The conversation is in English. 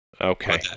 Okay